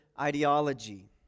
ideology